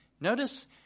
Notice